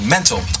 Mental